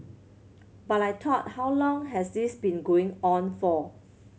but I thought how long has this been going on for